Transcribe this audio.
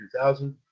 2000